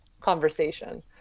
conversation